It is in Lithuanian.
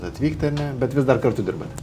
atvykti ar ne bet vis dar kartu dirbate